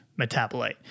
metabolite